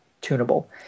tunable